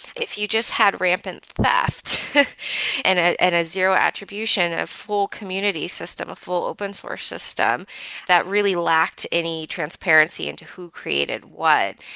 if you just had rampant theft and ah and a zero attribution of full community system, a full open source system that really lacked any transparency into who created what,